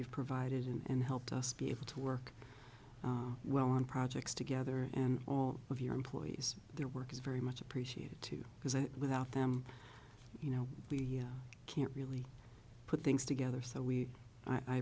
you've provided and helped us be able to work well on projects together and all of your employees their work is very much appreciated too because without them you know we can't really put things together so we i